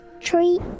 tree